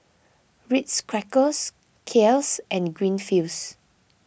Ritz Crackers Kiehl's and Greenfields